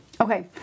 okay